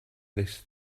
this